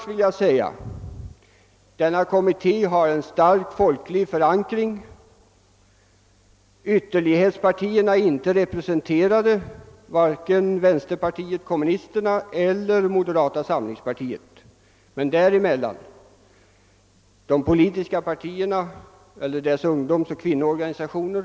Denna kommitté har en stark folklig förankring. Ytterlighetspartierna är inte representerade, vare sig vänsterpartiet kommunisterna eller moderata samlingspartiet, men väl partierna däremellan med sina ungdomsoch kvinnoorganisationer.